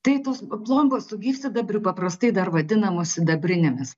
tai tos plombos su gyvsidabriu paprastai dar vadinamos sidabrinėmis